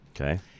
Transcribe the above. Okay